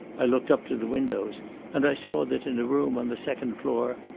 i looked up to the windows and i saw that in a room on the second floor,